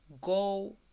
go